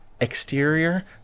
exterior